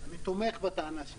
אני תומך בטענה שלה.